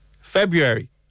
February